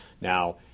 Now